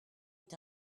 est